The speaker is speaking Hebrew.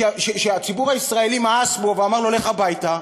כשהציבור הישראלי מאס בו ואמר לו: לך הביתה,